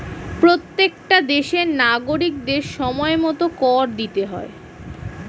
প্রত্যেকটা দেশের নাগরিকদের সময়মতো কর দিতে হয়